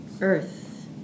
Earth